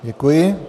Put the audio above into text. Děkuji.